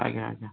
ଆଜ୍ଞା ଆଜ୍ଞା